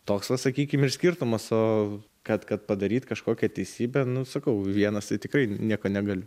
toks va sakykim ir skirtumas o kad kad padaryt kažkokią teisybę nu sakau vienas tai tikrai nieko negaliu